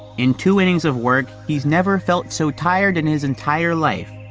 in two innings of work, he's never felt so tired in his entire life.